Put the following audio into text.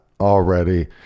already